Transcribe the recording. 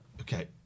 Okay